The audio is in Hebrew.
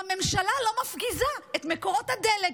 והממשלה לא מפגיזה את מקורות הדלק.